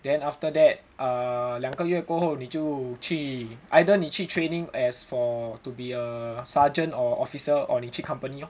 then after that err 两个月过后你就去 either 你去 training as for to be a sergeant or officer or 你去 company lor